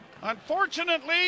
Unfortunately